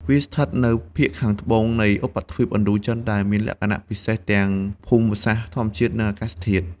វាស្ថិតនៅភាគខាងត្បូងនៃឧបទ្វីបឥណ្ឌូចិន ដែលមានលក្ខណៈពិសេសទាំងភូមិសាស្ត្រធម្មជាតិ និងអាកាសធាតុ។